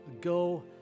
Go